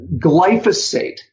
Glyphosate